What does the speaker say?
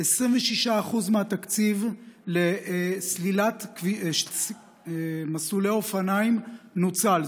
26% מהתקציב לסלילת מסלולי אופניים נוצל,